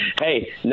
Hey